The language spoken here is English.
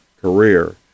career